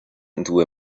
into